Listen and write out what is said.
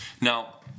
Now